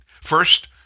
First